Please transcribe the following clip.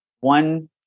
one